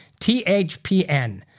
THPN